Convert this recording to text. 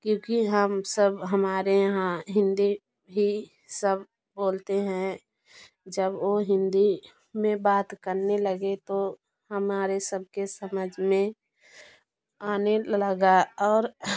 क्योंकि हम सब हमारे यहाँ हिंदी ही सब बोलते हैं जब वो हिंदी में बात करने लगे तो हमारे सबके समझ में आने लगा और